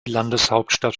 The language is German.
landeshauptstadt